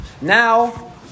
Now